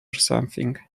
something